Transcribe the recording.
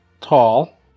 tall